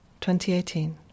2018